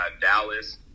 Dallas